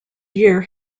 year